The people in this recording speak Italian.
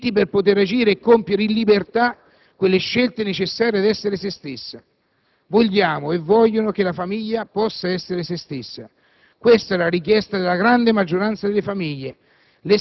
non diritti a danno di altri e contro qualcuno, diritti per poter agire e compiere in libertà quelle scelte necessarie per essere se stessa. Vogliamo e vogliono che la famiglia possa essere se stessa: